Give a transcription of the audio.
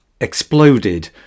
exploded